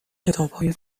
کتابهای